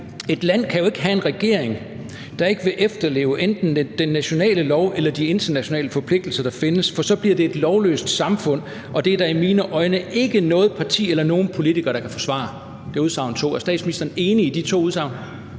Et land kan jo ikke have en regering, der ikke vil efterleve enten den nationale lov eller de internationale forpligtelser, der findes, for så bliver det et lovløst samfund, og det er der i mine øjne ikke noget parti eller nogen politiker der kan forsvare. Det var det andet udsagn. Er statsministeren enig i de to udsagn?